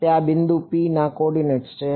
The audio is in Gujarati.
તે આ બિંદુ P ના કોઓર્ડિનેટ્સ છે